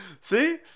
See